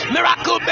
Miracle